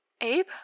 Abe